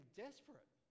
desperate